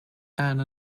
anne